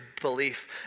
belief